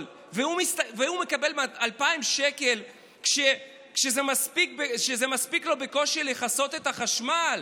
והוא מקבל 2,000 שקל כשזה מספיק לו בקושי לכסות את החשמל